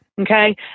Okay